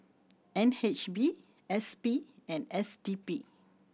N H B S P and S D P